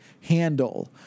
handle